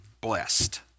blessed